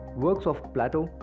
works of plato,